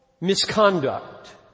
misconduct